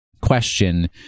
question